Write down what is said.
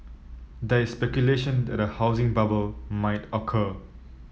there is speculation that a housing bubble might occur